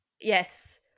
Yes